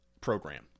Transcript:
program